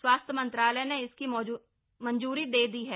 स्वास्थ्य मंत्रालय ने इसकी मंजूरी दे दी है